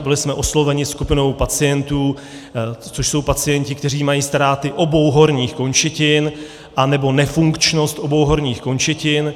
Byli jsme osloveni skupinou pacientů, což jsou pacienti, kteří mají ztráty obou horních končetin, nebo nefunkčnost obou horních končetin.